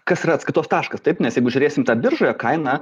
kas yra atskaitos taškas taip nes jeigu žiūrėsim tą biržoje kainą